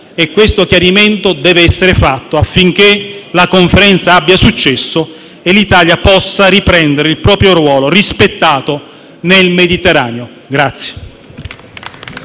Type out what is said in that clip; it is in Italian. Questo chiarimento deve essere fatto affinché la Conferenza abbia successo e l'Italia possa riprendere il proprio ruolo rispettato nel Mediterraneo.